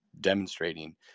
demonstrating